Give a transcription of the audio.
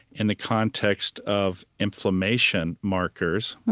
in the context of inflammation markers.